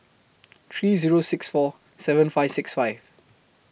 three Zero six four seven five six five